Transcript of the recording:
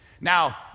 now